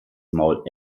maul